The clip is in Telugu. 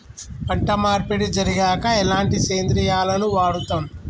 పంట మార్పిడి జరిగాక ఎలాంటి సేంద్రియాలను వాడుతం?